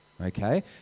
okay